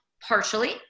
partially